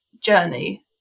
journey